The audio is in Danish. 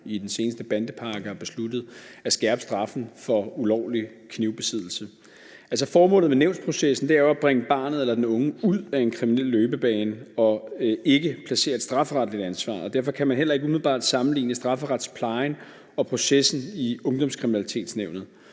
i den seneste bandepakke har besluttet at skærpe straffen for ulovlig knivbesiddelse. Formålet med nævnsprocessen er at bringe barnet eller den unge ud af en kriminel løbebane og ikke at placere et strafferetligt ansvar. Derfor kan man heller ikke umiddelbart sammenligne strafferetsplejen og processen i Ungdomskriminalitetsnævnet.